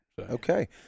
Okay